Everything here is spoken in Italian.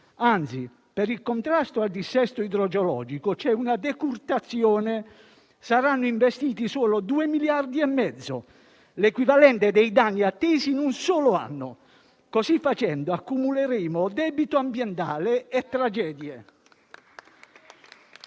anzi, per il contrasto al dissesto idrogeologico c'è una decurtazione: saranno investiti solo 2,5 miliardi, l'equivalente dei danni attesi in un solo anno. Così facendo accumuleremo debito ambientale e tragedie.